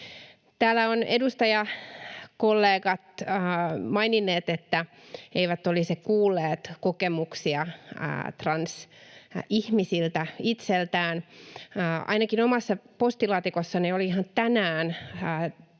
Täällä ovat edustajakollegat maininneet, että he eivät olisi kuulleet kokemuksia transihmisiltä itseltään. Ainakin omassa postilaatikossani oli ihan tänään